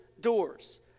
doors